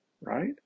right